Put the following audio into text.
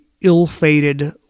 ill-fated